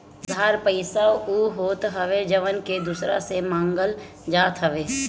उधार पईसा उ होत हअ जवन की दूसरा से मांगल जात हवे